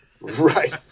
right